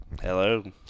Hello